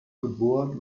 geboren